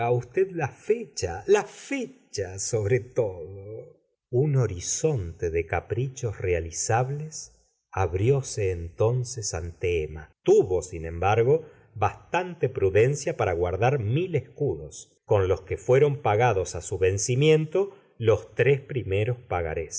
usted la fe ha la fe cha sobre todo un horizonte de caprichos realizables abrióse entonces ante emma tuvo sin embargo bastante prudencia para guardar mil escudos con los que fue ron pagados á su vencimiento los tres primeros pagarés